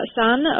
son